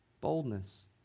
boldness